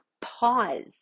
pause